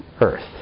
earth